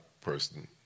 person